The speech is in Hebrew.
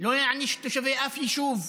לא להעניש תושבי אף יישוב,